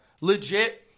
legit